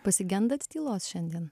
pasigendat tylos šiandien